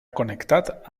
connectat